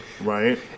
right